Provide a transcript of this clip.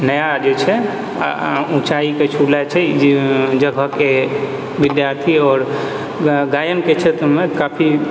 नया जे छै उँचाइके छूले छै जगहके विद्यार्थी आओर गायनके क्षेत्रमे काफी